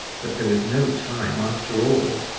but there was no time, after all.